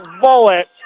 bullet